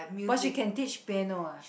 but she can teach piano ah